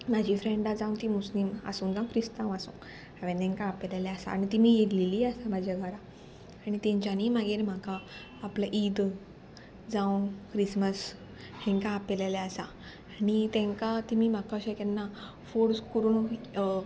म्हाजी फ्रेंडा जावं तीं मुस्लीम आसूं जावं क्रिस्तांव आसूं हांवें तांकां आपयलेलें आसा आनी तेमी येयल्लेली आसा म्हाज्या घरा आनी तेंच्यांनी मागीर म्हाका आपलें ईद जावं क्रिसमस हांकां आपलेलें आसा आनी तांकां तेमी म्हाका अशें केन्ना फोर्स करून